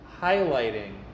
highlighting